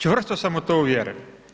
Čvrsto sam u to uvjeren.